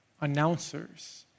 announcers